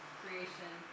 creation